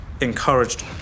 encouraged